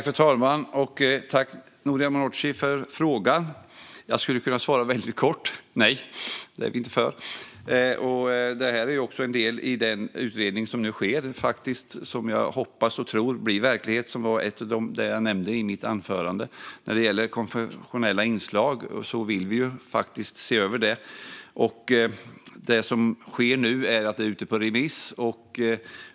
Fru talman! Tack, Noria Manouchi, för frågan! Jag skulle kunna svara väldigt kort: Nej, det är vi inte för. Detta är också en del i den utredning som nu görs. Jag hoppas och tror att det blir verklighet, som jag nämnde i mitt anförande. När det gäller konfessionella inslag vill vi faktiskt se över det. Det är ute på remiss.